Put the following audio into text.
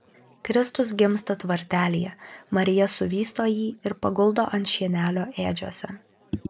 kristus gimsta tvartelyje marija suvysto jį ir paguldo ant šienelio ėdžiose